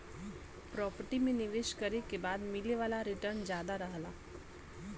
property में निवेश करे के बाद मिले वाला रीटर्न जादा रहला